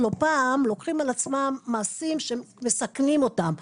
לא פעם לוקחים על עצמם מעשים שמסכנים אותם,